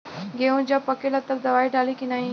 गेहूँ जब पकेला तब दवाई डाली की नाही?